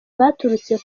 bwaturutse